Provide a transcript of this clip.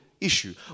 issue